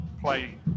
play